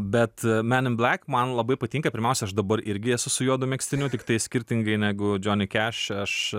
bet men in blek man labai patinka pirmiausia aš dabar irgi esu su juodu megztiniu tiktai skirtingai negu džoni keš aš